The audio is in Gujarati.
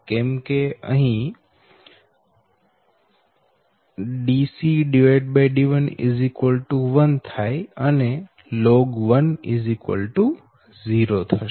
કેમ કે અહી log log 0 થશે